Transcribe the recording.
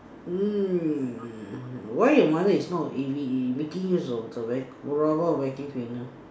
mm why your mother is not a A_V_A making use of the va~ robot vacuum cleaner